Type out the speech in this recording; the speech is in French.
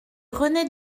rené